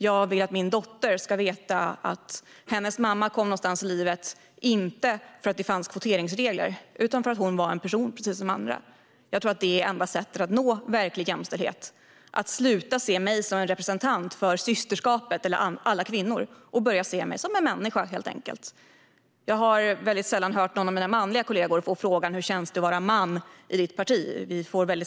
Jag vill att min dotter ska veta att hennes mamma kom någonstans i livet för att hon var en person som andra och inte för att det fanns kvoteringsregler. Jag tror att enda sättet att nå verklig jämställdhet är att sluta se mig som en representant för systerskapet eller alla kvinnor och börja se mig som en människa, helt enkelt. Jag hör sällan mina manliga kollegor få frågan: Hur känns det att vara man i ditt parti?